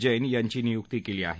जैन यांची नियुक्ती केली आहे